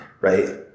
right